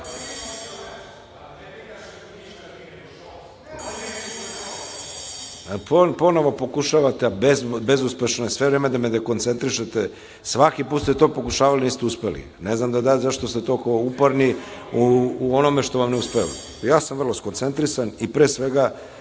tebe.)Ponovo pokušavate, a bezuspešno je, sve vreme da me dekoncentrišete. Svaki put ste to pokušavali, niste uspeli. Ne znam zašto ste toliko uporni u onome što vam ne uspeva. Ja sam vrlo skoncentrisan i pre svega